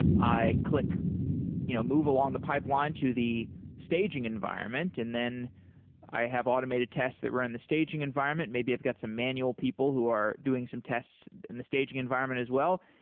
i click you know move along the pipeline to the staging environment and then i have automated tests that run in the staging environment, maybe i've got some manual people who are doing some tests in the staging environment as well.